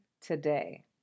today